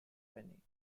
penny